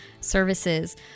services